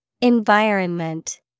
Environment